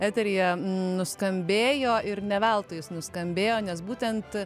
eteryje nuskambėjo ir ne veltui jis nuskambėjo nes būtent